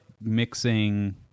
mixing